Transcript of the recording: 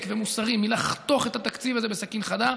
ומוסרי מלחתוך את התקציב הזה בסכין חדה.